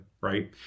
right